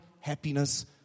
happiness